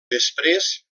després